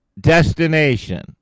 destination